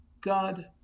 God